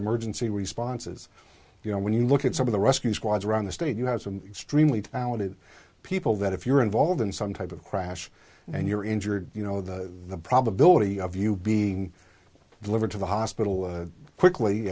emergency responses you know when you look at some of the rescue squads around the state you have some extremely talented people that if you're involved in some type of crash and you're injured you know that the probability of you being delivered to the hospital quickly